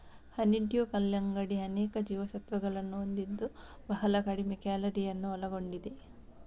honeydew ಕಲ್ಲಂಗಡಿ ಅನೇಕ ಜೀವಸತ್ವಗಳನ್ನು ಹೊಂದಿದ್ದು ಬಹಳ ಕಡಿಮೆ ಕ್ಯಾಲೋರಿಯನ್ನು ಒಳಗೊಂಡಿದೆ